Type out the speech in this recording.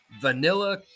Vanilla